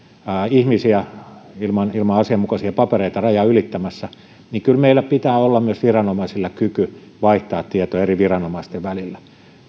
ihmisiä ilman asianmukaisia papereita rajaa ylittämässä niin kyllä meillä pitää olla myös viranomaisilla kyky vaihtaa tietoja eri viranomaisten välillä